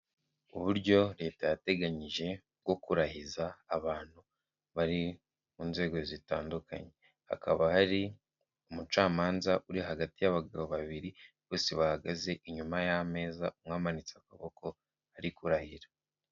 Uburyo leta yateganyije bwo kurahiza abantu bari mu nzego zitandukanye, hakaba hari umucamanza uri hagati y'abagabo babiri, bose bahagaze inyuma y'ameza, umwe amanitse akaboko ari kurahira.